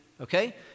okay